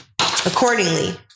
Accordingly